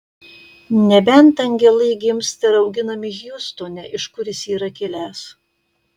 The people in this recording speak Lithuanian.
nebent angelai gimsta ir auginami hjustone iš kur jis yra kilęs